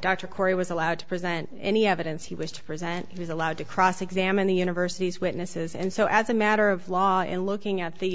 dr corey was allowed to present any evidence he was to present was allowed to cross examine the university's witnesses and so as a matter of law in looking at the